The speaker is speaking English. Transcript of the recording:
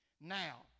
Now